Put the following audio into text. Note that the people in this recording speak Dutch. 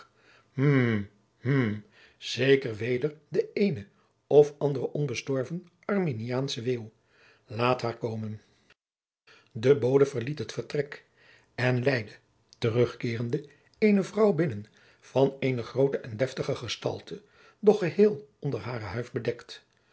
zeker weder de eene of andere onbestorven arminiaansche weêuw laat haar komen de bode verliet het vertrek en leidde terugkeerende eene vrouw binnen van eene groote en deftige gestalte doch geheel onder hare huif bedekt